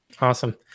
Awesome